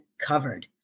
covered